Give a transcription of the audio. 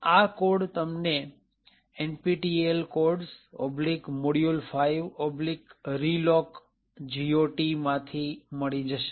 આ કોડ તમને nptel codesmodule5relocgot માંથી મળી જશે